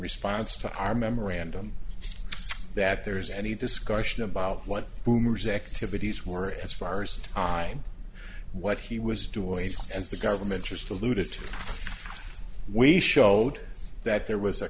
response to our memorandum that there is any discussion about what boomer's activities were as far as time what he was doing and the government just alluded to we showed that there was a